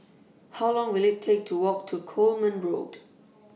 How Long Will IT Take to Walk to Coleman Road